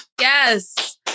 Yes